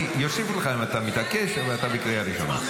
יוסיפו לך אם אתה מתעקש, אבל אתה בקריאה ראשונה.